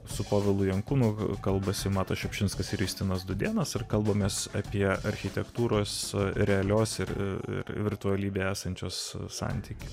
su povilu jankūnu kalbasi matas šiupšinskas ir justinas dudėnas ir kalbamės apie architektūros realios ir virtualybę esančios santykių